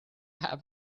have